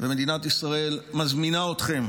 ומדינת ישראל מזמינה אתכם